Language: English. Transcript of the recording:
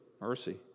mercy